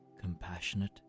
compassionate